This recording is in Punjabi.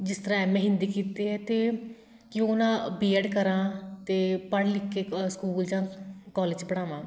ਜਿਸ ਤਰ੍ਹਾਂ ਐੱਮ ਏ ਹਿੰਦੀ ਕੀਤੀ ਹੈ ਤਾਂ ਕਿਉਂ ਨਾ ਬੀ ਐਡ ਕਰਾਂ ਅਤੇ ਪੜ੍ਹ ਲਿਖ ਕੇ ਸਕੂਲ ਜਾਂ ਕੋਲਜ 'ਚ ਪੜ੍ਹਾਵਾ